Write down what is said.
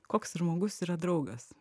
koks žmogus yra draugas